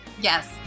Yes